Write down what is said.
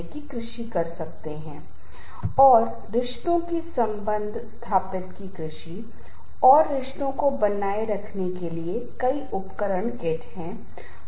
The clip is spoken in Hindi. और संगठनात्मक स्तर पर भी तनाव अनुपस्थिति को जन्म देगा समय के साथ कम प्रतिबद्धता कम व्यस्तता और अत्यधिक तनाव भी प्रबंधकों की धारणा को बिगाड़ देता है यह प्रतिकूल रूप से निर्णय लेने की क्षमता को प्रभावित करता है